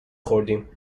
خوردیم